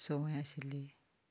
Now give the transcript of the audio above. सवंय आशिल्ली